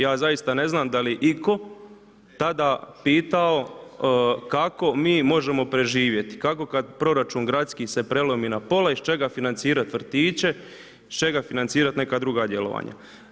Ja zaista ne znam da li je itko tada pitao kako mi možemo preživjeti, kako kad proračun gradski se prelomi na pola iz čega financirat vrtiće, iz čega financirat neka druga djelovanja.